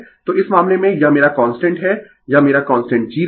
तो इस मामले में यह मेरा कांस्टेंट है यह मेरा कांस्टेंट G रेखा